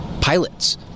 pilots